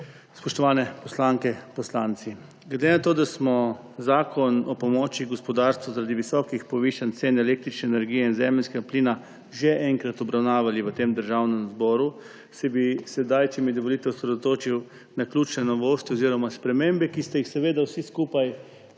spoštovane poslanke, poslanci! Glede na to da smo zakon o pomoči gospodarstvu zaradi visokih povišanj cen električne energije in zemeljskega plina že enkrat obravnavali v Državnem zboru, se bi sedaj, če mi dovolite, osredotočil na ključne novosti oziroma spremembe, na katere ste vsi skupaj